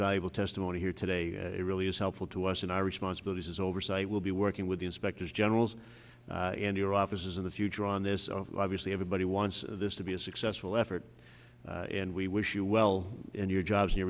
valuable testimony here today it really is helpful to us in our responsibilities as oversight will be working with the inspectors generals and your offices in the future on this of obviously everybody wants this to be a successful effort and we wish you well in your jobs